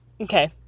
Okay